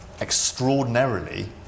extraordinarily